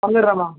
வந்துடுறேன் மேம்